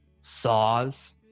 saws